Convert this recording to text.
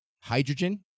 hydrogen